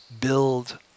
build